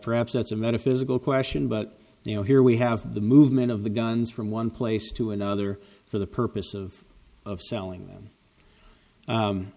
perhaps that's a metaphysical question but you know here we have the movement of the guns from one place to another for the purpose of of selling them